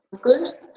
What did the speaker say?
good